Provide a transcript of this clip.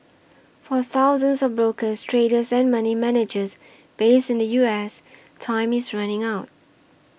for thousands of brokers traders and money managers based in the U S time is running out